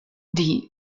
die